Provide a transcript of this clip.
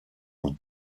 nom